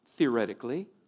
Theoretically